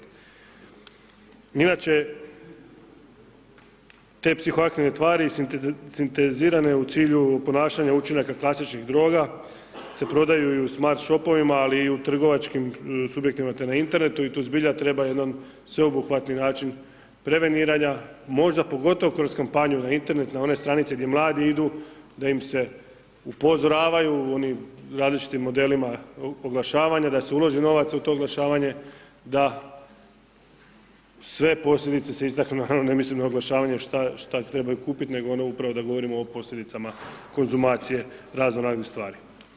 Inače te psihoaktivne tvari sintetizirane u cilju ponašanja učinaka klasičnih droga se prodaju i u smart shopovima ali i u trgovačkim ... imate na internetu i tu zbilja treba jedan sveobuhvatan način preveniranja, možda pogotovo kroz kampanju na Internet, na onoj stranici gdje mladi idu da im se upozoravaju onim različitim modelima oglašavanja, da se ulaže novaca u to oglašavanje, da sve posljedice se istaknu, ne mislim na oglašavanje šta trebaju kupiti nego ono upravo da govorimo o posljedicama konzumacije raznoraznih stvari.